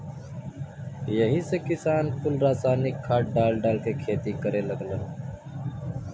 यही से किसान कुल रासायनिक खाद डाल डाल के खेती करे लगलन